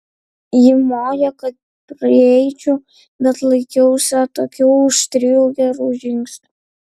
ji mojo kad prieičiau bet laikiausi atokiau už trijų gerų žingsnių